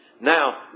Now